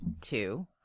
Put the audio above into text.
two